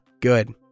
Good